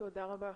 תודה רבה.